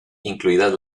incluidas